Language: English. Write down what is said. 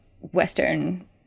Western